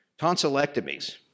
Tonsillectomies